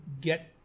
get